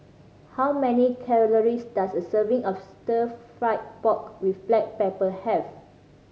how many calories does a serving of Stir Fried Pork With Black Pepper have